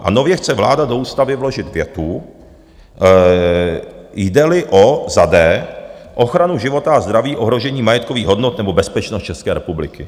A nově chce vláda do ústavy vložit větu: jdeli o d) ochranu života a zdraví, ohrožení majetkových hodnot nebo bezpečnost České republiky.